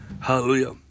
Hallelujah